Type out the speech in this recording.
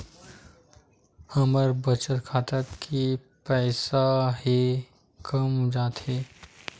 हमर बचत खाता के पईसा हे कामा जाथे?